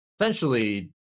essentially